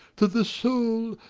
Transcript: that the soul,